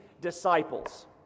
disciples